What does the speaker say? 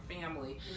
family